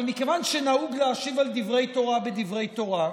אבל מכיוון שנהוג להשיב על דברי תורה בדברי תורה,